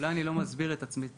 אולי אני לא מסביר את עצמי טוב,